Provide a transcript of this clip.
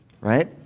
right